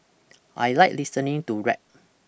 I like listening to rap